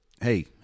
hey